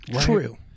True